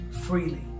freely